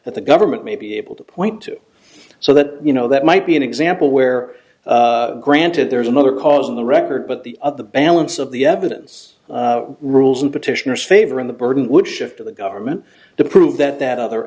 that the government may be able to point to so that you know that might be an example where granted there's another cause in the record but the of the balance of the evidence rules in petitioners favor in the burden would shift to the government to prove that that other